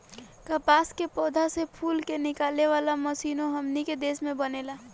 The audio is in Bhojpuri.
कपास के पौधा से फूल के निकाले वाला मशीनों हमनी के देश में बनेला